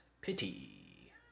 pity